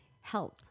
health